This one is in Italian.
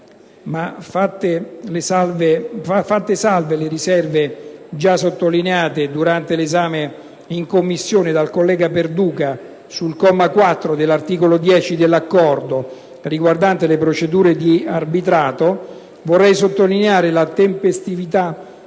ma, fatte salve le riserve già sottolineate durante l'esame in Commissione dal collega Perduca sul comma 4 dell'articolo 10 dell'Accordo, riguardante le procedure di arbitrato, vorrei sottolineare la tempestività